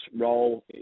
role